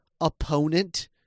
opponent